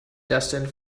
destined